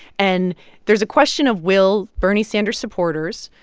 and there's a question of will bernie sanders supporters,